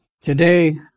Today